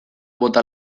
bota